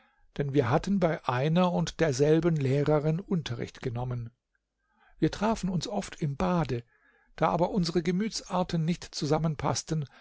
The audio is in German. denn wir hatten bei einer und derselben lehrerin unterricht genommen wir trafen uns oft im bade da aber unsere gemütsarten nicht zusammenpaßten